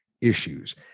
issues